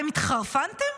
אתם התחרפנתם?